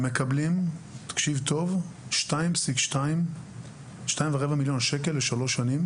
הם מקבלים שתיים ורבע מיליון שקל לשלוש שנים